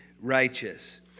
righteous